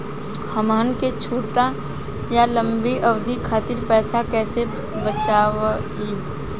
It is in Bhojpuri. हमन के छोटी या लंबी अवधि के खातिर पैसा कैसे बचाइब?